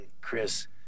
Chris